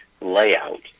layout